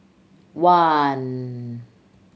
one